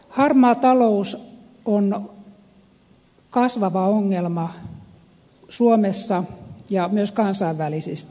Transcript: harmaa talous on kasvava ongelma suomessa ja myös kansainvälisesti